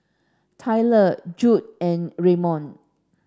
Tayler Judd and Redmond